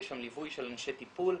יש שם ליווי של אנשי טיפול,